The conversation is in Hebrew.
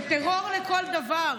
זה טרור לכל דבר.